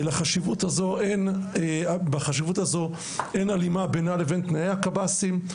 בחשיבות הזו אין הלימה בינה לבין תנאי הקב"סים.